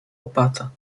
opata